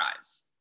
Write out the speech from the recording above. eyes